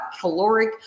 caloric